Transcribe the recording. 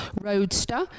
Roadster